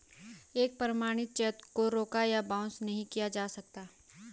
एक प्रमाणित चेक को रोका या बाउंस नहीं किया जा सकता है